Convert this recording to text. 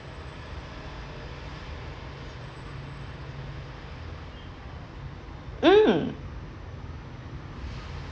mm